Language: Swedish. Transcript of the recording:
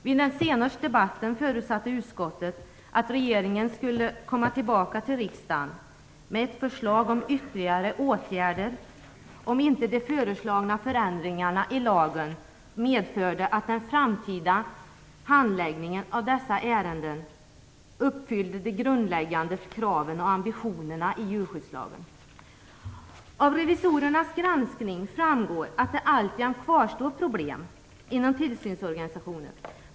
Vid den senaste debatten förutsatte utskottet att regeringen skulle komma tillbaka till riksdagen med förslag om ytterligare åtgärder om inte de föreslagna förändringarna i lagen medförde att den framtida handläggningen av dessa ärenden uppfyllde de grundläggande kraven och ambitionerna i djurskyddslagen. Av revisorernas granskning framgår att det alltjämt kvarstår problem inom tillsynsorganisationen.